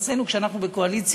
אצלנו, כשאנחנו בקואליציה,